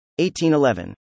1811